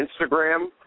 Instagram